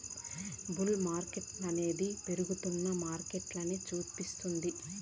bull మార్కెట్టనేది పెరుగుతున్న మార్కెటని సూపిస్తుంది